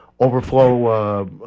overflow